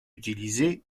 utilisé